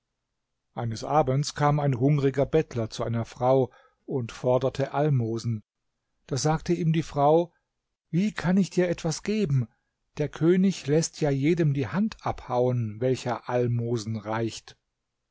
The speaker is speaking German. eines abends kam ein hungriger bettler zu einer frau und forderte almosen da sagte ihm die frau wie kann ich dir etwas geben der könig läßt ja jedem die hand abhauen welcher almosen reicht